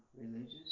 religious